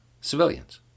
Civilians